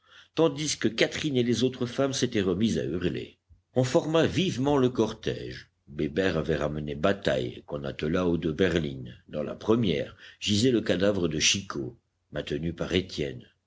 tandis que catherine et les autres femmes s'étaient remises à hurler on forma vivement le cortège bébert avait ramené bataille qu'on attela aux deux berlines dans la première gisait le cadavre de chicot maintenu par étienne